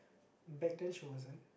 back then she wasn't